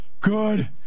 Good